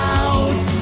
out